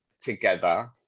together